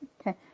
Okay